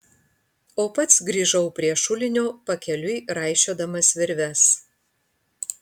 o pats grįžau prie šulinio pakeliui raišiodamas virves